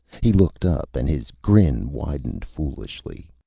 he looked up, and his grin widened foolishly.